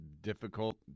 difficult